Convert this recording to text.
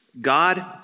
God